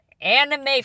anime